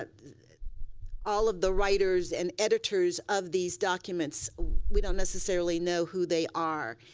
but all of the writers and editors of these documents we don't necessarily know who they are,